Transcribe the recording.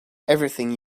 everything